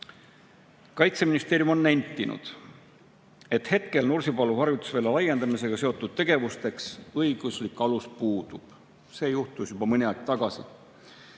Kaitseministeerium on nentinud, et hetkel Nursipalu harjutusvälja laiendamisega seotud tegevusteks õiguslik alus puudub. See juhtus juba mõni aeg tagasi.